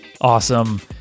awesome